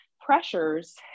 pressures